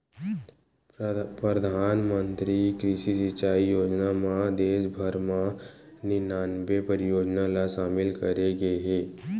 परधानमंतरी कृषि सिंचई योजना म देस भर म निनानबे परियोजना ल सामिल करे गे हे